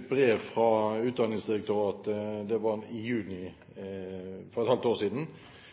ut brev fra Utdanningsdirektoratet, det var i juni for et halvt år siden,